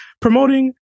promoting